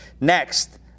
Next